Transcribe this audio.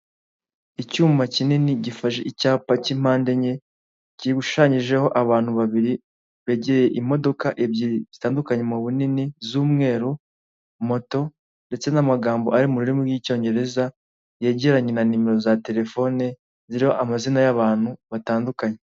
Icyuma kinini gifashe icyapa cy'impande enye kishushanyijeho abantu babiri begereye imodoka ebyiri zitandukanye mubu bunini z'umweru moto ndetse n'amagambo ari mu rurimi rw'icyongereza yegeranye na nimero za telefone ziriho amazina y'abantu batandukanye.